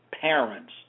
parents